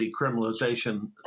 decriminalization